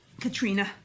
Katrina